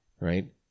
Right